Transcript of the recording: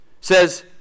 Says